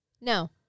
No